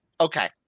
Okay